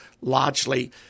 largely